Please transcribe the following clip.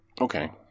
okay